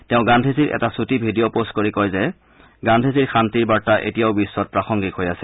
তেওঁ গান্ধীজীৰ এটা চূটি ভিডিঅ পোষ্ট কৰি কয় যে গান্ধীজীৰ শান্তিৰ বাৰ্তা এতিয়াও বিশ্বত প্ৰাসংগিক হৈ আছে